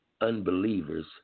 unbelievers